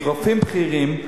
מרופאים בכירים,